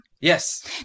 Yes